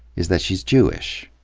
is that she's jewish.